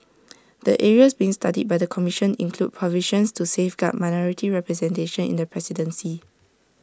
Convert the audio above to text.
the areas being studied by the commission include provisions to safeguard minority representation in the presidency